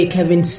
Kevin